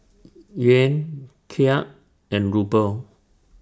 Yuan Kyat and Ruble